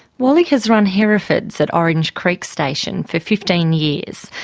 wally has run herefords at orange creek station for fifteen years.